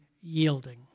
yielding